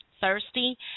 thirsty